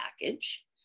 package